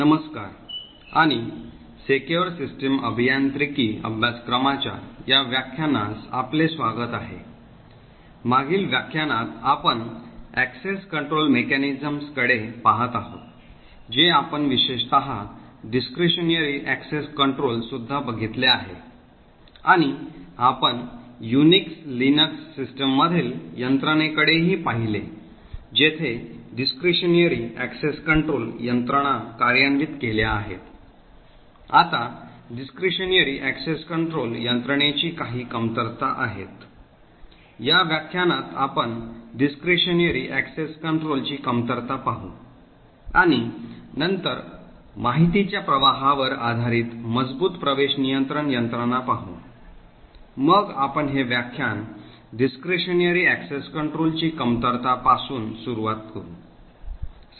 नमस्कार आणि secure system अभियांत्रिकी अभ्यासक्रमाच्या या व्याख्यानास आपले स्वागत आहे मागील व्याख्यानात आपण प्रवेश नियंत्रण यंत्रणेकडे पहात आहोत जे आपण विशेषतः discretionary access control सुद्धा बघितले आहे आणि आपण युनिक्स लिनक्स सिस्टममधील यंत्रणेकडेही पाहिले जेथे discretionary access control यंत्रणा कार्यान्वित केल्या आहेत आता discretionary access control यंत्रणेची काही कमतरता आहेत या व्याख्यानात आपण discretionary access control ची कमतरता पाहू आणि नंतर माहितीच्या प्रवाहावर आधारित मजबूत प्रवेश नियंत्रण यंत्रणा पाहू मग आपण हे व्याख्यान discretionary access control ची कमतरता पासून सुरू करू